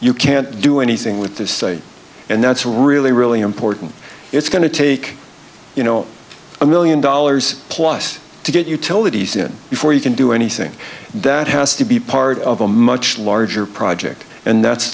you can't do anything with this site and that's really really important it's going to take you know a million dollars plus to get utilities in before you can do anything that has to be part of a much larger project and that's